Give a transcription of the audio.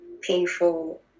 painful